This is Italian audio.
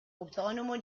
autonomo